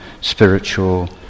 spiritual